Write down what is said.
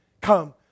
come